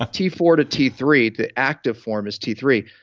ah t four to t three, the active form is t three,